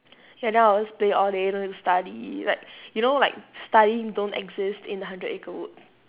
ya then I will always play all day don't need to study like you know like studying don't exist in the hundred acre woods